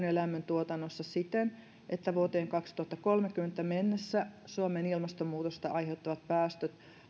ja lämmön tuotannossa siten että vuoteen kaksituhattakolmekymmentä mennessä suomen ilmastonmuutosta aiheuttavat päästöt